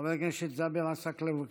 חבר הכנסת ג'אבר עסאקלה, בבקשה.